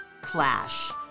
clash